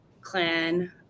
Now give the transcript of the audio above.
clan